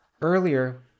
Earlier